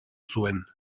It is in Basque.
zuen